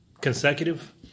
Consecutive